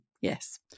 Yes